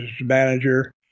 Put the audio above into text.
manager